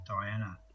Diana